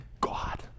God